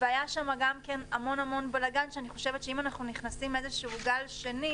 היה המון בלגן שאני חושבת שאם אנחנו נכנסים לגל שני,